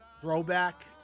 throwback